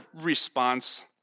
response